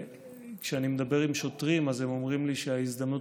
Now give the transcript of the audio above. כשאני מדבר עם שוטרים הם אומרים לי שההזדמנות